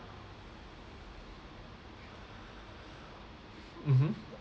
mmhmm